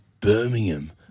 Birmingham